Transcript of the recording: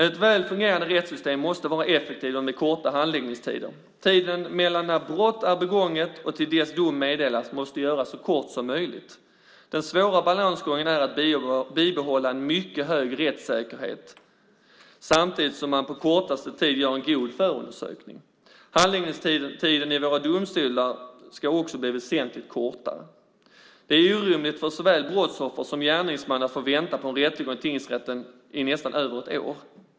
Ett väl fungerande rättssystem måste vara effektivt och ha korta handläggningstider. Tiden mellan när brottet är begånget och till dess dom meddelas måste göras så kort som möjligt. Den svåra balansgången är att bibehålla en mycket hög rättssäkerhet samtidigt som man på kortaste tid gör en fullgod förundersökning. Handläggningstiden i våra domstolar ska också bli väsentligt kortare. Det är orimligt för såväl brottsoffer som gärningsman att få vänta på en rättegång i tingsrätten i nästan över ett år.